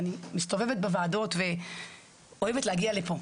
אני מסתובבת בוועדות ואוהבת להגיע לפה,